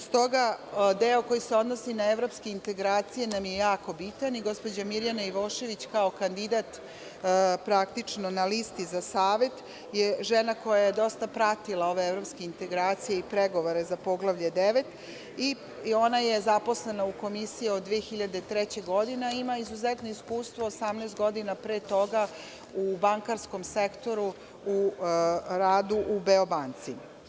Stoga, deo koji se odnosi na evropske integracije nam je jako bitan i gospođa Mirjana Ivošević, kao kandidat na listi za savet je žena koja je dosta pratila ove evropske integracije i pregovore za Poglavlje 9 i ona za zaposlena u Komisiji od 2003. godine, a ima izuzetno iskustvo od 18 godina pre toga u bankarskom sektoru u radu u Beobanci.